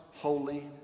Holy